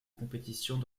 compétitions